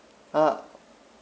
ah